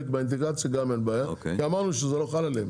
מהאינטגרציה גם אין בעיה כי אמרנו שזה לא חל עליהם,